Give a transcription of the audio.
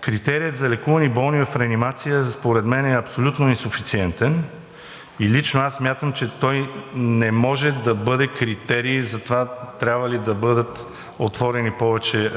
Критерият за лекувани болни в реанимация според мен е абсолютно инсуфициентен и лично аз смятам, че той не може да бъде критерий за това трябва ли да бъдат отворени повече